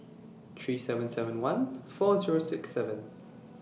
three seven seven one four Zero six seven